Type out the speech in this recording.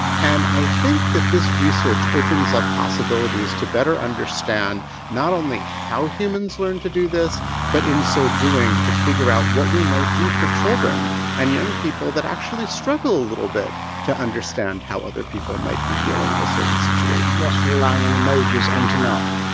and i think that this research opens up possibilities to better understand not only how humans learn to do this but, in so doing, to figure out what we might do for children and young people that actually struggle a little bit to understand how other people might be feeling in a certain situation. just relying on emojis ain't enough.